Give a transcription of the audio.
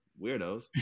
weirdos